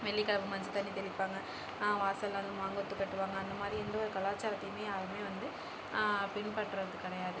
வெள்ளிக்கிழமை மஞ்சத்தண்ணி தெளிப்பாங்க வாசலில் வந்து மாங்கொத்து கட்டுவாங்க அந்த மாதிரி எந்த ஒரு கலாச்சாரத்தையுமே யாருமே வந்து பின்பற்றுறது கிடையாது